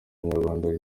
nyarwanda